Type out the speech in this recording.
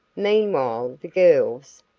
meanwhile the girls,